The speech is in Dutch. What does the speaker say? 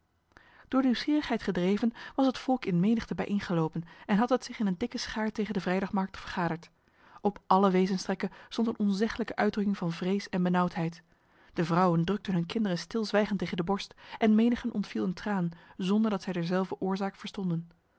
door nieuwsgierigheid gedreven was het volk in menigte bijeengelopen en had het zich in een dikke schaar tegen de vrijdagmarkt vergaderd op alle wezenstrekken stond een onzeglijke uitdrukking van vrees en benauwdheid de vrouwen drukten hun kinderen stilzwijgend tegen de borst en menigen ontviel een traan zonder dat zij derzelver oorzaak verstonden